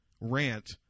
rant